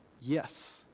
Yes